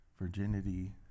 Virginity